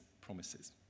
promises